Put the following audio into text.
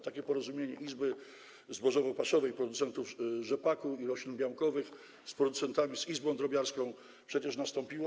Takie porozumienie Izby Zbożowo-Paszowej, producentów rzepaku i roślin białkowych z producentami, z izbą drobiarską przecież nastąpiło.